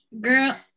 girl